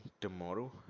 tomorrow